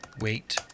wait